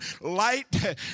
light